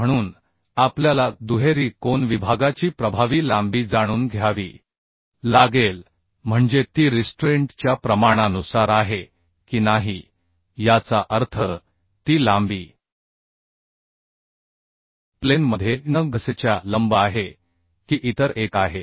म्हणून आपल्याला दुहेरी कोन विभागाची प्रभावी लांबी जाणून घ्यावी लागेल म्हणजे ती रिस्ट्रेंट च्या प्रमाणानुसार आहे की नाही याचा अर्थ ती लांबी प्लेन मध्ये n गसेटच्या लंब आहे की इतर एक आहे